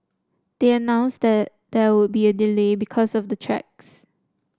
they announced there would be a delay because of the tracks